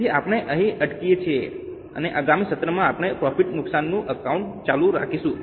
તેથી આપણે અહીં અટકીએ છીએ અને આગામી સત્રમાં આપણે પ્રોફિટ નુકશાન એકાઉન્ટ ચાલુ રાખીશું